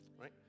right